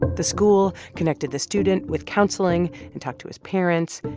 the school connected the student with counseling and talked to his parents.